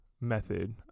method